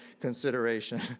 consideration